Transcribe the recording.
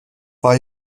war